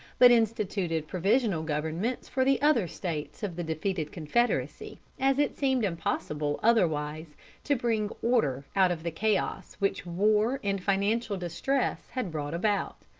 but instituted provisional governments for the other states of the defeated confederacy, as it seemed impossible otherwise to bring order out of the chaos which war and financial distress had brought about.